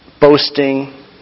boasting